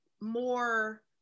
more